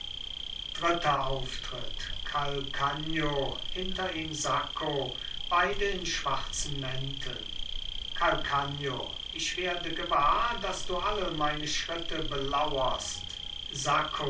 dritter auftritt calcagno hinter ihm sacco beide in schwarzen mänteln calcagno ich werde gewahr daß du alle meine schritte belauerst sacco